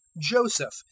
Joseph